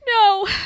No